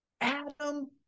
Adam